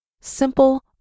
Simple